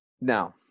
now